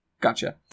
Gotcha